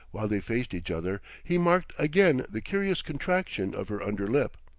while they faced each other, he marked again the curious contraction of her under lip.